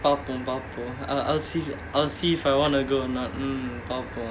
பாப்போம் பாப்போம்:paappom paappom uh I'll see I'll see if I want to go or not mm பாப்போம்:paappom